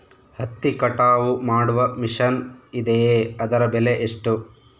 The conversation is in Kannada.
ಹತ್ತಿ ಕಟಾವು ಮಾಡುವ ಮಿಷನ್ ಇದೆಯೇ ಅದರ ಬೆಲೆ ಎಷ್ಟು?